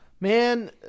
Man